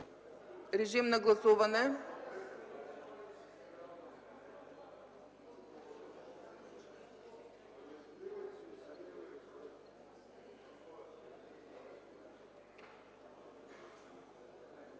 режим на гласуване.